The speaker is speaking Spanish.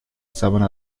sabana